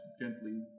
gently